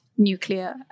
nuclear